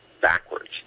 backwards